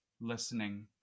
listening